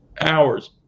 hours